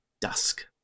Dusk